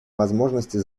возможности